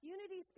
Unity